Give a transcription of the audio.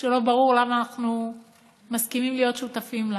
שלא ברור למה אנחנו מסכימים להיות שותפים לה.